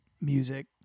music